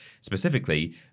Specifically